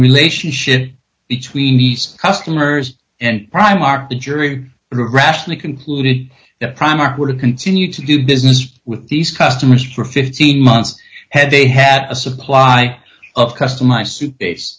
relationship between east customers and prime are the jury rationally concluded that primer would have continued to do business with these customers for fifteen months had they had a supply of custom my suit case